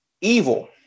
Evil